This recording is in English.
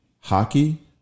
hockey